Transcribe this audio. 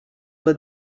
let